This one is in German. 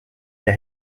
der